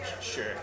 Sure